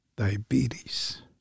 Diabetes